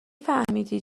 فهمیدی